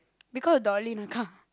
because of Dolly account